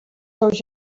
seus